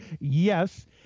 yes